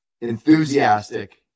enthusiastic